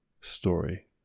story